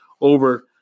over